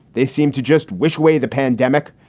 they seem to just which way the pandemic.